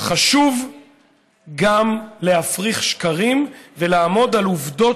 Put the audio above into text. חשוב גם להפריך שקרים ולעמוד על עובדות